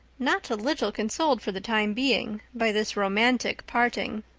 not a little consoled for the time being by this romantic parting.